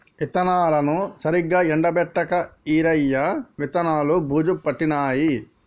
విత్తనాలను సరిగా ఎండపెట్టక ఈరయ్య విత్తనాలు బూజు పట్టినాయి